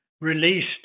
released